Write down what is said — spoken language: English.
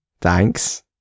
thanks